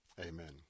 amen